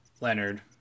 Leonard